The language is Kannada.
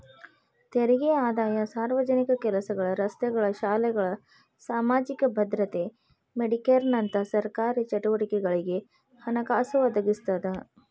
ತೆರಿಗೆ ಆದಾಯ ಸಾರ್ವಜನಿಕ ಕೆಲಸಗಳ ರಸ್ತೆಗಳ ಶಾಲೆಗಳ ಸಾಮಾಜಿಕ ಭದ್ರತೆ ಮೆಡಿಕೇರ್ನಂತ ಸರ್ಕಾರಿ ಚಟುವಟಿಕೆಗಳಿಗೆ ಹಣಕಾಸು ಒದಗಿಸ್ತದ